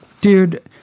dude